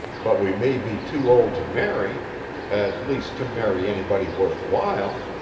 but we may be too old to marry at least to marry anybody worth while.